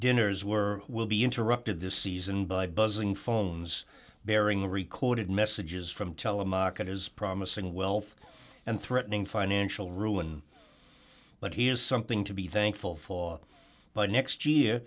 dinners were will be interrupted this season by buzzing phones bearing the recorded messages from telemarketers promising wealth and threatening financial ruin but he has something to be thankful for but next year